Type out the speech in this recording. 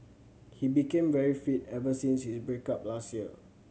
he became very fit ever since his break up last year